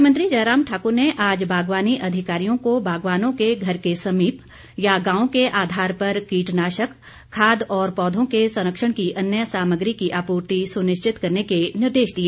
मुख्यमंत्री जयराम ठाकुर ने आज बागवानी अधिकारियों को बागवानों के घर के समीप या गांव के आधार पर कीटनाशक खाद और पौधों के संरक्षण की अन्य सामग्री की आपूर्ति सुनिश्चित करने के निर्देश दिए